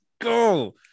go